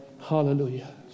hallelujah